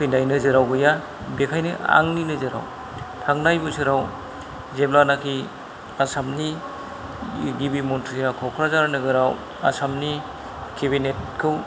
फैनाय नोजोराव गैया बेखायनो आंनि नोजोराव थांनाय बोसोराव जेब्लानाखि आसामनि गाहाय मन्थ्रिखौ क'क्राझार नोगोराव आसामनि केबिनेटखौ